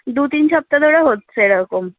দু তিন সপ্তাহ ধরে হচ্ছে এরকম